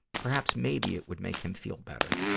perhaps maybe it would make him feel better.